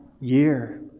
year